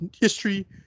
history